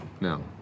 No